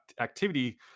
activity